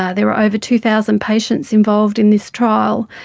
ah there were over two thousand patients involved in this trial,